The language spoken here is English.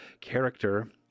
character